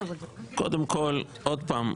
עוד פעם,